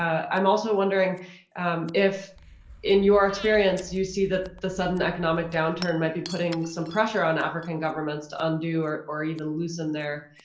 i'm also wondering if in your experience, you see that the sudden economic downturn might be putting some pressure on african governments to undo or or even loosen their,